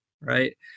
right